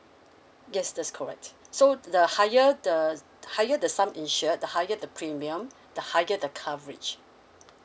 yes that's correct so the higher the higher the sum insured the higher the premium the higher the coverage